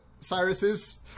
Cyrus's